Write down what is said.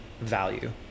value